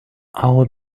our